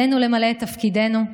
עלינו למלא את תפקידנו,